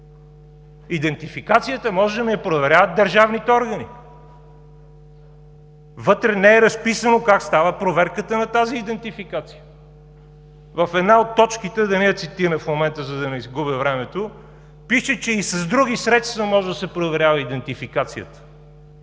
Идентификацията може да ми я проверяват държавните органи. Вътре не е разписано как става проверката на тази идентификация. В една от точките, да не я цитирам в момента, за да не изгубя времето, пише, че и с други средства може да се проверява идентификацията.